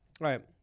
right